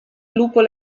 luppolo